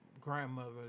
grandmother